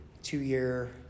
two-year